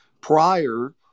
prior